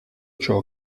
ciò